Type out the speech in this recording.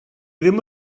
ddim